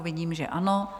Vidím, že ano.